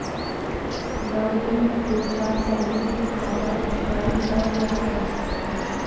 नवीन ने पूछा संयुक्त खाता स्थाई है या अस्थाई